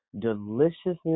deliciousness